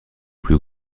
plus